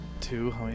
two